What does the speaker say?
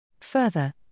Further